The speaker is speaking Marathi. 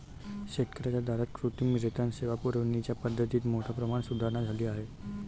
शेतकर्यांच्या दारात कृत्रिम रेतन सेवा पुरविण्याच्या पद्धतीत मोठ्या प्रमाणात सुधारणा झाली आहे